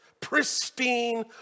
pristine